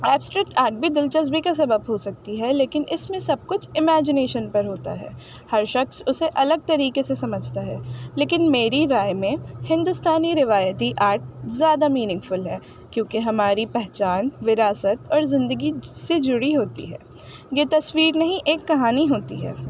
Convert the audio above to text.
abstract art بھی دلچسپی کا سبب ہو سکتی ہے لیکن اس میں سب کچھ ایمیجنیشن پر ہوتا ہے ہر شخص اسے الگ طریقے سے سمجھتا ہے لیکن میری رائے میں ہندوستانی روایتی آرٹ زیادہ میننگفل ہے کیونکہ ہماری پہچان وراثت اور زندگی سے جڑی ہوتی ہے یہ تصویر نہیں ایک کہانی ہوتی ہے